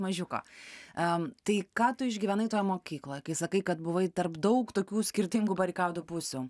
mažiuko a tai ką tu išgyvenai toj mokykloj kai sakai kad buvai tarp daug tokių skirtingų barikadų pusių